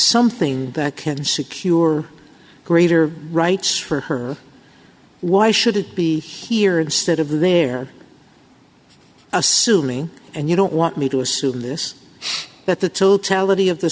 something that can secure greater rights for her why should it be here instead of there assuming and you don't want me to assume this that the